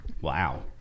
Wow